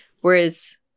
Whereas